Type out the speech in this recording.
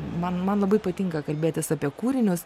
man man labai patinka kalbėtis apie kūrinius